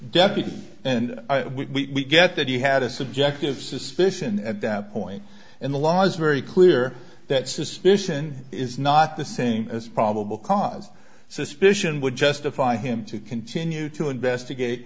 deputy and we get that he had a subjective suspicion at that point in the law is very clear that suspicion is not the same as probable cause suspicion would justify him to continue to investigate